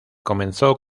comenzó